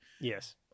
Yes